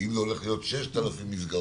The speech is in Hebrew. כי אם זה הולך להיות 6,000 מסגרות,